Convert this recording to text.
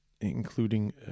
including